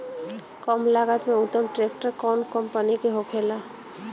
कम लागत में उत्तम ट्रैक्टर कउन कम्पनी के होखेला?